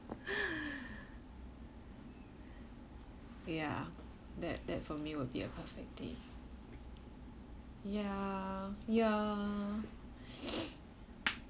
ya that that for me would be a perfect day ya ya